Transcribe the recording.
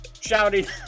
shouting